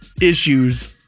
issues